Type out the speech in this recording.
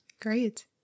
Great